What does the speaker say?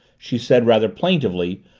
she said rather plaintively,